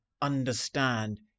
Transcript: understand